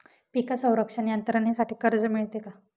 पीक संरक्षण यंत्रणेसाठी कर्ज मिळते का?